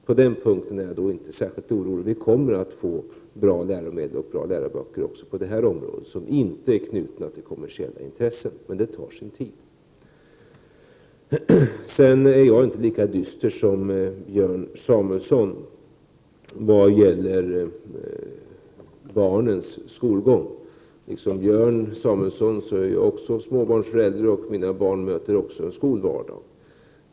På den punkten är jag inte särskilt orolig. Vi kommer att ha bra läroböcker och bra läromedel också på det här området, som inte är knutna till kommersiella intressen. Men det tar som sagt sin tid. Sedan är jag inte lika dyster som Björn Samuelson vad gäller barnens skolgång. Liksom Björn Samuelson är jag småbarnförälder, och mina barn möter också en skolvardag.